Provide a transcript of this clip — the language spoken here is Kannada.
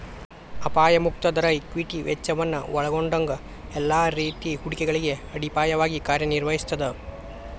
ಅಪಾಯ ಮುಕ್ತ ದರ ಈಕ್ವಿಟಿ ವೆಚ್ಚವನ್ನ ಒಲ್ಗೊಂಡಂಗ ಎಲ್ಲಾ ರೇತಿ ಹೂಡಿಕೆಗಳಿಗೆ ಅಡಿಪಾಯವಾಗಿ ಕಾರ್ಯನಿರ್ವಹಿಸ್ತದ